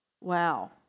Wow